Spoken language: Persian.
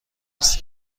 است